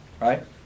right